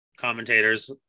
commentators